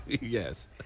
Yes